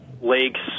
lakes